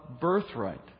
birthright